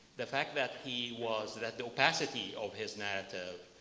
the fact that he was that the opacity of his narrative